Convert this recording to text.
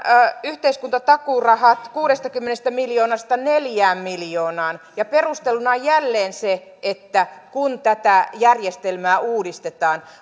yhteiskuntatakuurahat kuudestakymmenestä miljoonasta neljään miljoonaan ja perusteluna on jälleen se että tätä järjestelmää uudistetaan